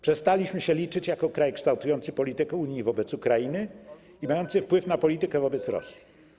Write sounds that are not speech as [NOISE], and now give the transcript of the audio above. Przestaliśmy się liczyć jako kraj kształtujący politykę Unii wobec Ukrainy [NOISE] i mający wpływ na politykę wobec Rosji.